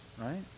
right